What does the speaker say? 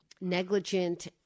negligent